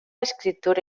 escriptura